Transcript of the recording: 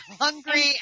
hungry